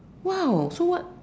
!wow! so what ah